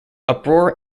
uproar